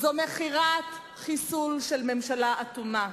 זו מכירת חיסול של ממשלה אטומה.